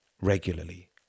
regularly